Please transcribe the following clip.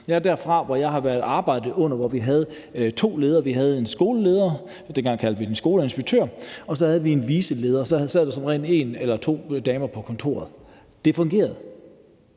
Der, hvor jeg arbejdede, havde vi to ledere. Vi havde en skoleleder – dengang kaldte vi det en skoleinspektør – og så havde vi en viceskoleleder, og så sad der som regel en eller to damer på kontoret. Det fungerede.